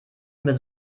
mit